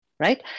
Right